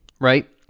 Right